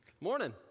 Morning